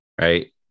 right